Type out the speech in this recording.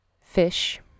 fish